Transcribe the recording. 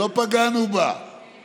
לא פגענו בה, למרות